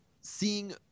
seeing